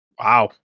wow